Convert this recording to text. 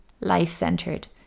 life-centered